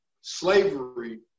slavery